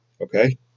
Okay